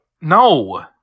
No